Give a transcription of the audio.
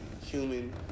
human